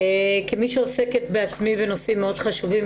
כמי שעוסקת בעצמי בנושאים מאוד חשובים,